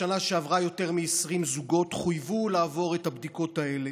בשנה שעברה יותר מ-20 זוגות חויבו לעבור את הבדיקות האלה,